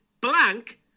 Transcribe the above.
blank